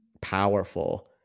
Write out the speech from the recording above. powerful